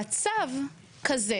במצב כזה,